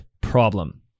problem